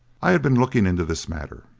i had been looking into this matter.